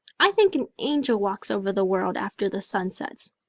i think an angel walks over the world after the sun sets.